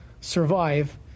survive